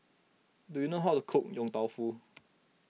do you know how to cook Yong Tau Foo